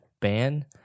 ban